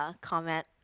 comment